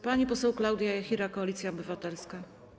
Pani poseł Klaudia Jachira, Koalicja Obywatelska.